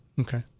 Okay